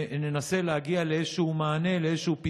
וננסה להגיע לאיזשהו מענה, לאיזשהו פתרון,